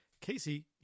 Casey